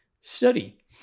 study